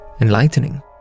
enlightening